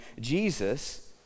Jesus